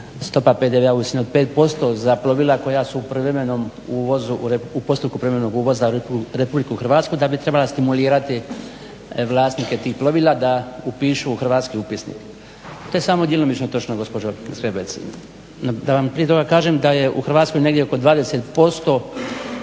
koja su u privremenom uvozu, u postupku privremenog uvoza u Republiku Hrvatsku da bi trebala stimulirati vlasnike tih plovila da upišu u hrvatski upisnik. To je samo djelomično točno gospođo Zgrebec. Da vam prije toga kažem da je u Hrvatskoj negdje oko 20%